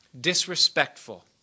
disrespectful